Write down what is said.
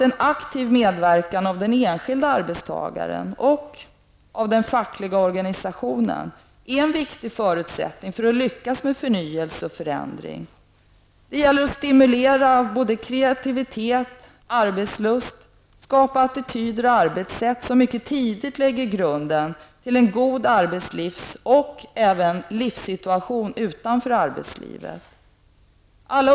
En aktiv medverkan av den enskilda arbetstagaren och av den fackliga organisationen är en viktig förutsättning för att lyckas med förnyelse och förändring. Det gäller att stimulera kreativitet och arbetslust samt att skapa attityder och arbetssätt som tidigt lägger grunden för en god arbets och livssituation utanför arbetslivet.